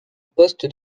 poste